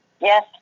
Yes